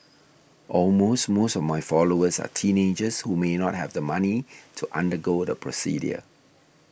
all most most of my followers are teenagers who may not have the money to undergo the procedure